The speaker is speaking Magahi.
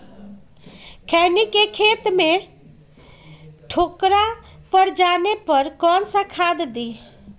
खैनी के खेत में ठोकरा पर जाने पर कौन सा खाद दी?